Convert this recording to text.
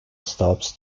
stops